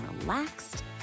relaxed